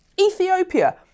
Ethiopia